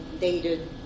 dated